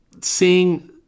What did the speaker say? seeing